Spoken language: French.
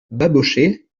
babochet